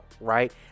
right